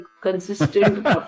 consistent